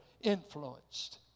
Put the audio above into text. influenced